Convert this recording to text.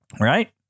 Right